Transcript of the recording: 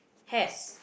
has